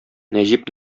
нәҗип